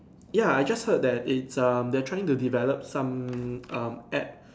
ya I just heard that it's um they are trying to develop some um apps